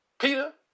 Peter